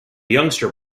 youngster